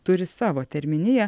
turi savo terminiją